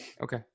Okay